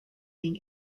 being